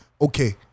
okay